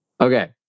Okay